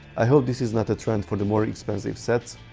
i hope this is not a trend for the more expensive sets,